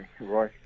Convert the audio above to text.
Roy